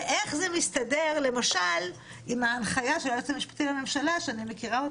ואיך זה מסתדר למשל עם ההנחיה של היועץ המשפטי לממשלה שאני מכירה,